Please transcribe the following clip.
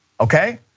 okay